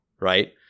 right